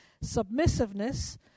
submissiveness